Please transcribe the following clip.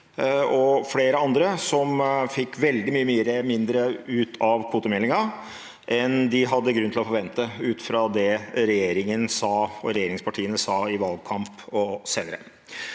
og flere andre som fikk veldig mye mindre ut av kvotemeldingen enn de hadde grunn til å forvente ut fra det regjeringen og regjeringspartiene sa i valgkampen og senere.